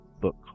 book